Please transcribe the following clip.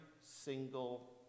single